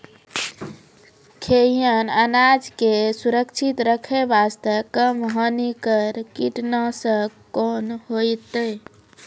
खैहियन अनाज के सुरक्षित रखे बास्ते, कम हानिकर कीटनासक कोंन होइतै?